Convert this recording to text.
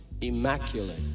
immaculate